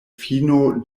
fino